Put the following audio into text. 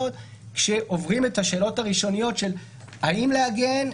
כשעוברים את השאלות הראשוניות של האם לעגן,